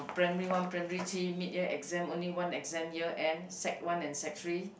primary one primary three mid year exam only one exam year end sec one and sec three